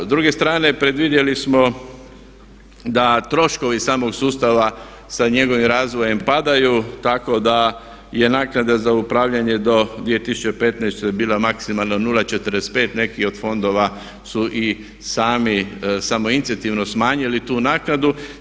S druge strane predvidjeli smo da troškovi samog sustava sa njegovim razvojem padaju tako da je naknada za upravljanje do 2015. bila maksimalna 0,45, neki od fondova su i sami samoinicijativno smanjili tu naknadu.